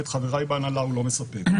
ואת חבריי בהנהלה הוא לא מספק.